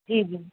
ਜੀ ਜੀ